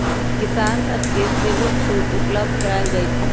किसान सभके सेहो छुट उपलब्ध करायल जाइ छइ